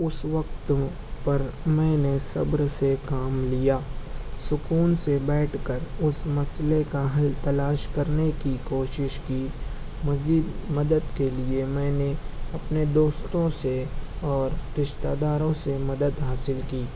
اُس وقت پر میں نے صبر سے کام لیا سکون سے بیٹھ کر اُس مسئلے کا حل تلاش کرنے کی کوشش کی مزید مدد کے لئے میں نے اپنے دوستوں سے اور رشتہ داروں سے مدد حاصل کی